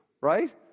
right